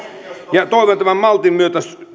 toivon tämän maltin myötä